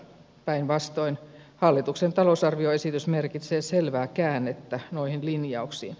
päinvastoin hallituksen talousarvioesitys merkitsee selvää käännettä noihin linjauksiin